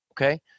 Okay